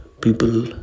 People